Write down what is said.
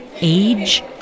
age